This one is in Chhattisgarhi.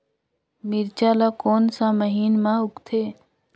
मिरचा ला कोन सा महीन मां उगथे?